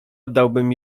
oddałbym